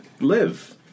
live